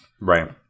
Right